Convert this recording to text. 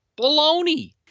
baloney